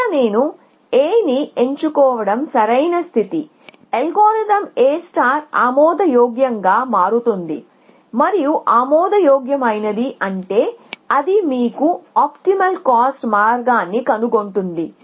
ఇక్కడ నేను A ని ఏంచుకోవడం సరైన స్థితి అల్గోరిథం A ఆమోదయోగ్యంగా మారుతుంది మరియు ఆమోదయోగ్యమైనది అంటే అది మీకు ఆప్టిమల్ కాస్ట్ మార్గాన్ని కనుగొంటుంది